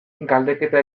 galdeketa